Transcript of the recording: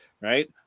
right